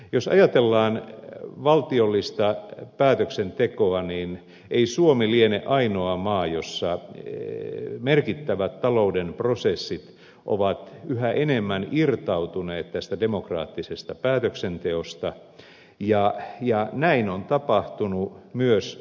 jos ajatellaan valtiollista päätöksentekoa niin ei suomi liene ainoa maa jossa merkittävät talouden prosessit ovat yhä enemmän irtautuneet tästä demokraattisesta päätöksenteosta ja näin on tapahtunut myös suomessa